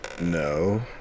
No